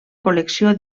col·lecció